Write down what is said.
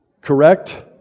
Correct